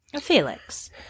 Felix